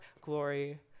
glory